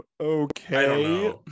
Okay